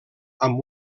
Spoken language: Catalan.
amb